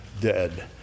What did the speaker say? dead